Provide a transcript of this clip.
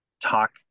talk